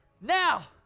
Now